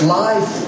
life